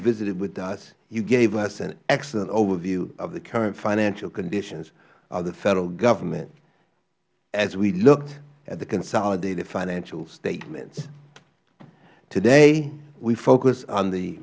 visited with us you gave us an excellent overview of the current financial conditions of the federal government as we looked at the consolidated financial statements today we focus on the